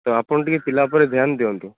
ତ ଆପଣ ଟିକେ ପିଲା ଉପରେ ଧ୍ୟାନ ଦିଅନ୍ତୁ